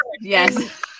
yes